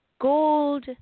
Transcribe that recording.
Gold